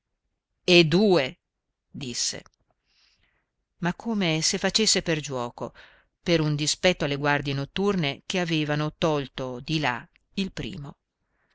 e due disse ma come se facesse per giuoco per un dispetto alle guardie notturne che avevano tolto di là il primo